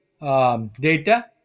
Data